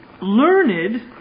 learned